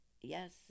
yes